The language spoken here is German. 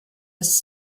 das